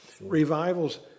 revivals